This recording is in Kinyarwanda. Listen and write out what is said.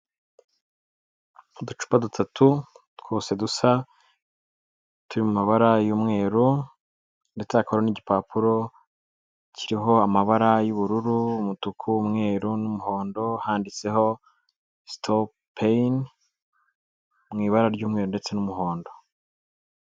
Uducupa dutatu twose dusa turi mu mabara y'umweru ndetse hakaba hariho n'igipapuro kiriho amabara y'ubururu, umutuku, umweru n'umuhondo handitseho sitopeyini mu ibara ry'umweru ndetse n'umuhondo.